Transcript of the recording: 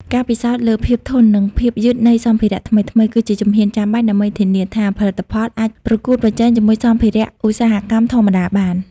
ការពិសោធន៍លើភាពធន់ និងភាពយឺតនៃសម្ភារៈថ្មីៗ គឺជាជំហានចាំបាច់ដើម្បីធានាថាផលិតផលអាចប្រកួតប្រជែងជាមួយសម្ភារៈឧស្សាហកម្មធម្មតាបាន។